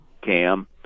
cam